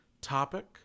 topic